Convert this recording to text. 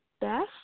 best